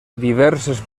diverses